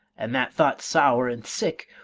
and that thought sour and sick,